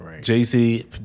Jay-Z